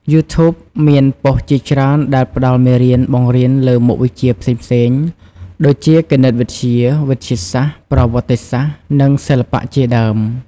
យូធូប (YouTube) មានប៉ុស្តិ៍ជាច្រើនដែលផ្តល់មេរៀនបង្រៀនលើមុខវិជ្ជាផ្សេងៗ ដូចជាគណិតវិទ្យា វិទ្យាសាស្ត្រ ប្រវត្តិសាស្ត្រ និងសិល្បៈជាដើម។